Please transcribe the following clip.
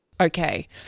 Okay